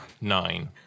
Nine